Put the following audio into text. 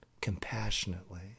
compassionately